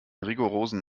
rigorosen